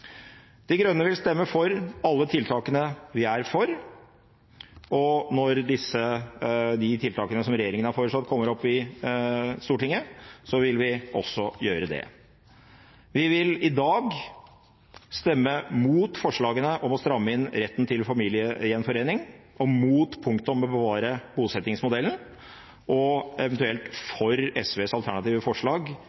De Grønne vil stemme for alle tiltakene vi er for, og det vil vi også gjøre når de tiltakene som regjeringen har foreslått, kommer opp i Stortinget Vi vil i dag stemme mot forslagene om å stramme inn retten til familiegjenforening, mot punktet om å bevare bosettingsmodellen og eventuelt